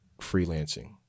freelancing